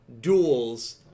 duels